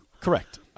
Correct